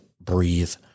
breathe